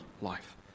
life